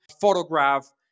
photograph